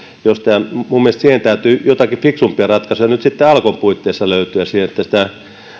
minun mielestäni siihen täytyy joitakin fiksumpia ratkaisuja nyt alkon puitteissa löytyä että sitä